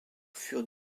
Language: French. furent